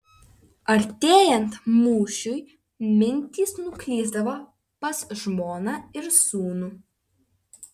artėjant mūšiui mintys nuklysdavo pas žmoną ir sūnų